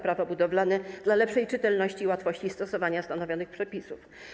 Prawo budowlane dla lepszej czytelności i łatwości stosowania stanowionych przepisów.